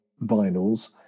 vinyls